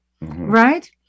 right